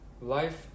Life